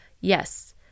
yes